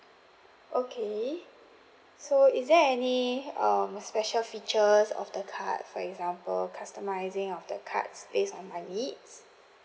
okay so is there any um special features of the card for example customising of the cards based on my needs